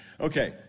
Okay